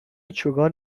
چوگان